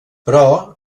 però